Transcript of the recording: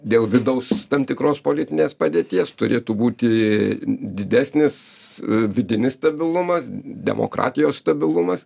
dėl vidaus tam tikros politinės padėties turėtų būti didesnis vidinis stabilumas demokratijos stabilumas